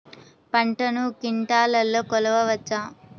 పంటను క్వింటాల్లలో కొలవచ్చా?